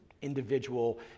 individual